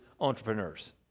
entrepreneurs